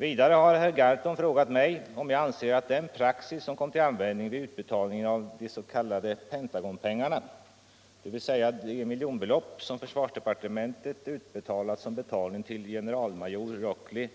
Vidare har herr Gahrton frågat mig, om jag anser att den praxis som kom till användning vid utbetalningen av de s.k. Pentagonpengarna, dvs. de miljonbelopp som försvarsdepartementet utbetalat som betalning till generalmajor Rockly